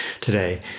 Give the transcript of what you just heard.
today